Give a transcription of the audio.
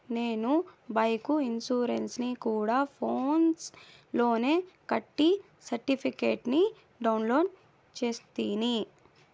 నేను బైకు ఇన్సూరెన్సుని గూడా ఫోన్స్ లోనే కట్టి సర్టిఫికేట్ ని డౌన్లోడు చేస్తిని